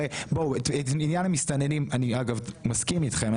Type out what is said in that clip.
בעניין המסתננים, אני מסכים אתכם.